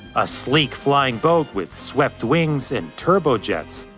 a sleek flying boat with swept wings and turbojets.